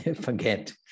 forget